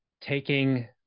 taking